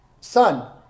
son